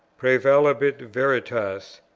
praevalebit veritas.